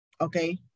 Okay